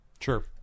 Sure